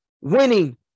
winning